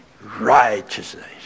righteousness